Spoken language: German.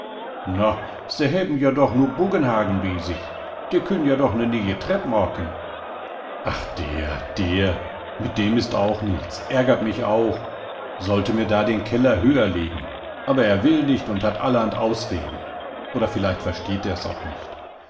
na se hebben joa doch nu buggenhagen bi sich de künn joa doch ne nije trepp moaken ach der der mit dem ist auch nichts ärgert mich auch sollte mir da den keller höher legen aber er will nicht und hat allerhand ausreden oder vielleicht versteht er's auch nicht